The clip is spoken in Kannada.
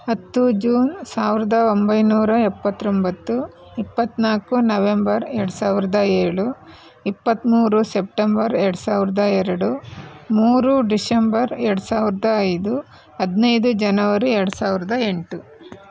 ಹತ್ತು ಜೂನ್ ಸಾವಿರದ ಒಂಬೈನೂರ ಎಪ್ಪತ್ತೊಂಬತ್ತು ಇಪ್ಪತ್ತ್ನಾಲ್ಕು ನವೆಂಬರ್ ಎರಡು ಸಾವಿರದ ಏಳು ಇಪ್ಪತ್ತ್ಮೂರು ಸೆಪ್ಟೆಂಬರ್ ಎರಡು ಸಾವಿರದ ಎರಡು ಮೂರು ಡಿಸೆಂಬರ್ ಎರಡು ಸಾವಿರದ ಐದು ಹದಿನೈದು ಜನವರಿ ಎರಡು ಸಾವಿರದ ಎಂಟು